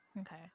Okay